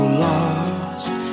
lost